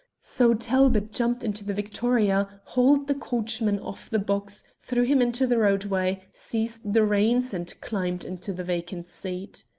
so talbot jumped into the victoria, hauled the coachman off the box, threw him into the roadway, seized the reins, and climbed into the vacant seat.